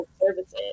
services